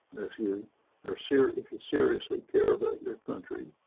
if you are serious, if you seriously care about your country,